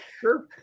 Sure